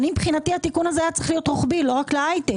מבחינתי התיקון הזה היה צריך להיות רוחבי ולא רק להייטק.